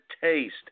taste